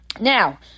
Now